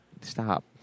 stop